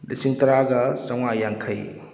ꯂꯤꯁꯤꯡ ꯇꯔꯥꯒ ꯆꯃꯉꯥ ꯌꯥꯡꯈꯩ